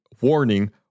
warning